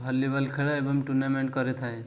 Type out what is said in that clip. volleyball ଖେଳ ଏବଂ tournament କରିଥାଏ